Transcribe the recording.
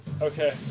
Okay